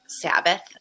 Sabbath